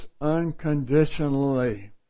unconditionally